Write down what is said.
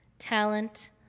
talent